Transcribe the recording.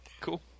cool